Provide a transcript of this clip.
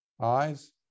Eyes